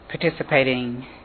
participating